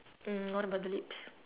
mm what about the lips